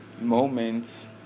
moments